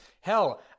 Hell